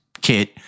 kit